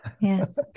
Yes